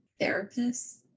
therapists